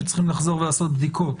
שצריכים לחזור ולעשות בדיקות.